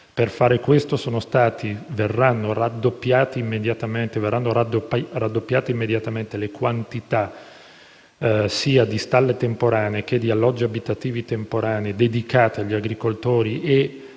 per far questo, verranno raddoppiate immediatamente le quantità sia di stalle temporanee che di alloggi abitativi temporanei dedicati agli agricoltori.